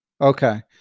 Okay